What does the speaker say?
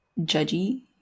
judgy